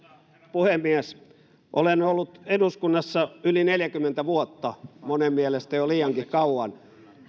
puhemies olen ollut eduskunnassa yli neljäkymmentä vuotta monen mielestä jo liiankin kauan